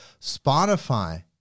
Spotify